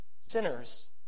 sinners